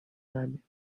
climbers